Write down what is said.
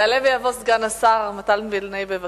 יעלה ויבוא סגן השר מתן וילנאי, בבקשה.